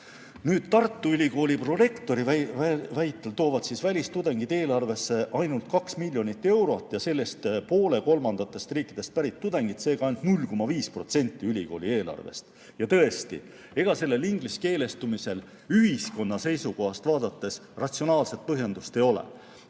Tartu Ülikooli prorektori väitel toovad välistudengid eelarvesse ainult 2 miljonit eurot ja sellest poole kolmandatest riikidest pärit tudengid, seega ainult 0,5% ülikooli eelarvest. Tõesti, ega sellel ingliskeelestumisel ühiskonna seisukohast vaadates ratsionaalset põhjendust ei ole.